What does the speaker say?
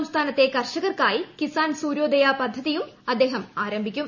സംസ്ഥാനത്തെ കർഷകർക്കായി കിസാൻ സൂര്യോദയു പദ്ധതിയും അദ്ദേഹം ആരംഭിക്കും